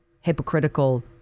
hypocritical